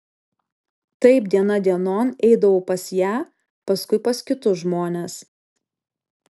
taip diena dienon eidavau pas ją paskui pas kitus žmones